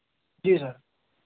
जी sir